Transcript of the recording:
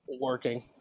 Working